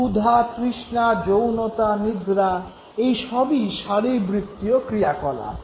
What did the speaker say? ক্ষুধা তৃষ্ণা যৌনতা নিদ্রা এই সবই শারীরবৃত্তিয় ক্রিয়াকলাপ